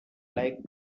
like